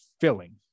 filling